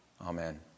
amen